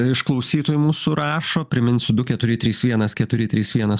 iš klausytojų mūsų rašo priminsiu du keturi trys vienas keturi trys vienas